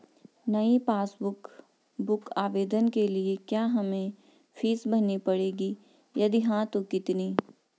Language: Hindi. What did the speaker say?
नयी पासबुक बुक आवेदन के लिए क्या हमें फीस भरनी पड़ेगी यदि हाँ तो कितनी?